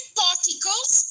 particles